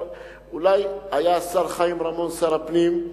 אולי היה השר חיים רמון שר הפנים,